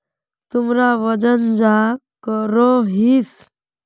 तुमरा वजन चाँ करोहिस?